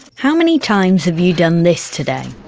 how many times have you done this today?